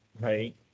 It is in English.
right